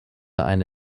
eine